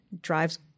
drives